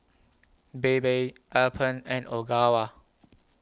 Bebe Alpen and Ogawa